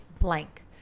blank